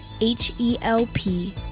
H-E-L-P